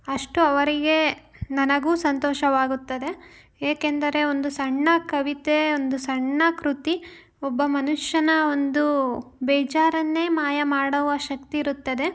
ಅಷ್ಟು ಅವರಿಗೆ ನನಗೂ ಸಂತೋಷವಾಗುತ್ತದೆ ಏಕೆಂದರೆ ಒಂದು ಸಣ್ಣ ಕವಿತೆ ಒಂದು ಸಣ್ಣ ಕೃತಿ ಒಬ್ಬ ಮನುಷ್ಯನ ಒಂದು ಬೇಜಾರನ್ನೇ ಮಾಯ ಮಾಡವ ಶಕ್ತಿ ಇರುತ್ತದೆ